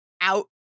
out